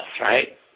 right